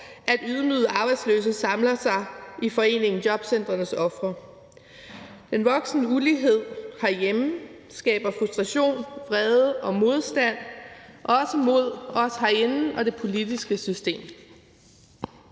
at ydmygede arbejdsløse samler sig i foreningen Jobcentrets Ofre. Den voksende ulighed herhjemme skaber frustration, vrede og modstand, også mod os herinde og det politiske system.